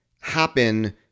happen